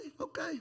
okay